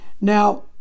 Now